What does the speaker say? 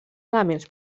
elements